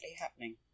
happening